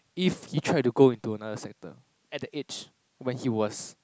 if he tried to go into another sector at the age where he was